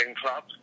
club